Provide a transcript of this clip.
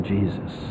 Jesus